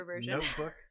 notebook